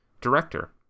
director